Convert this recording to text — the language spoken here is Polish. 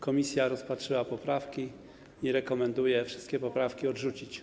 Komisja rozpatrzyła poprawki i rekomenduje wszystkie poprawki odrzucić.